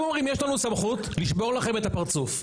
אומרים יש לנו סמכות לשבור לכם את הפרצוף.